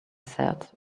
said